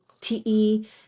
te